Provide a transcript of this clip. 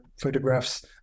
photographs